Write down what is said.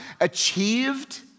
achieved